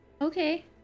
Okay